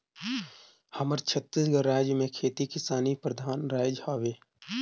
हमर छत्तीसगढ़ राएज हर खेती किसानी परधान राएज हवे